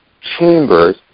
chambers